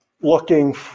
looking